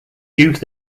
youth